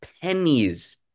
pennies